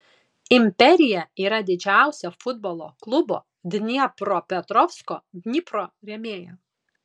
imperija yra didžiausia futbolo klubo dniepropetrovsko dnipro rėmėja